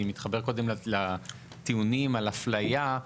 אני מתחבר קודם לטיעונים על אפליה.